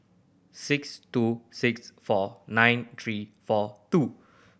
six two six four nine three four two